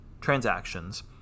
transactions